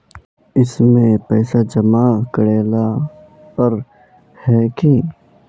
इसमें पैसा जमा करेला पर है की?